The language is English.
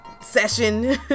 session